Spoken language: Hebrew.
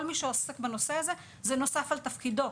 כל מי שעוסק בנושא הזה, זה נוסף על תפקידו.